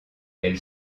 elle